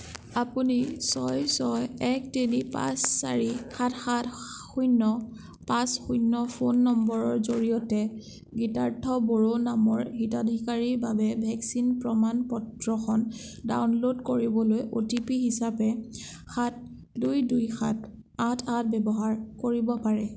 আপুনি ছয় ছয় এক তিনি পাঁচ চাৰি সাত সাত শূন্য পাঁচ শূন্য ফোন নম্বৰৰ জৰিয়তে গীতাৰ্থ বড়ো নামৰ হিতাধিকাৰীৰ বাবে ভেকচিন প্ৰমাণ পত্ৰখন ডাউনল'ড কৰিবলৈ অ' টি পি হিচাপে সাত দুই দুই সাত আঠ আঠ ব্যৱহাৰ কৰিব পাৰে